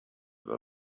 were